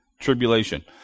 tribulation